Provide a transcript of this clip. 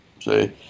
see